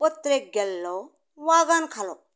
पत्रेक गेल्लो वागान खालो